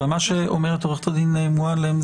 אבל מה שאומרת עו"ד מועלם,